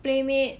playmade